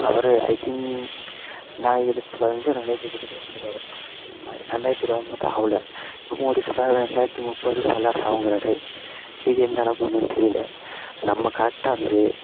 our I think ரெண்டாயிரத்து பதினைஞ்சோ ரெண்டாயிரத்து இருபதுக்குள்ளே செத்துட்டார் ரெண்டாயிரத்து இருபது ஆகும் பார்த்தா ஆகல இப்போ மோடி சொல்றார் ரெண்டாயிரத்து முப்பதில் வல்லரசு ஆகுங்குறாரு இது எந்தளவுக்கு உண்மைனு தெரியல நம்ம கரெக்டாக இருந்து